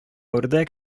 үрдәк